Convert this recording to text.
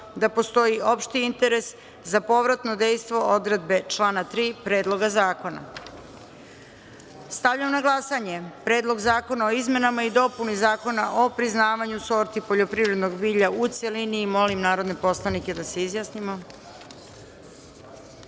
da postoji opšti interes za povratno dejstvo odredbe člana 3. Predloga zakona. Stavljam na glasanje Predlog zakona o izmenama i dopuni Zakona o priznavanju sorti poljoprivrednog bilja u celini. Molim narodne poslanike da se